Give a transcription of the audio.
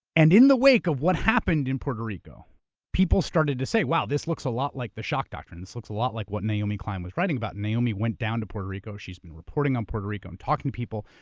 and the wake of what happened in puerto rico people started to say, wow, this looks a lot like the shock doctrine, this looks a lot like what naomi klein was writing about. naomi went down to puerto rico, she's been reporting on puerto rico and talking to people.